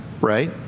right